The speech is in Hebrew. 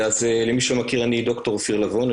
למי שלא מכיר אני ד"ר אופיר לבון,